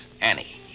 Annie